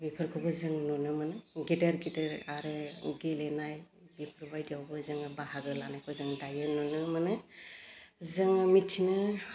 बेफोरखौबो जों नुनो मोनो गेदेर गेदेर आरो गेलेनाय बेफोरबायदियावबो जोङो बाहागो लानायखौ जों दायो नुनो मोनो जोङो मिथिनो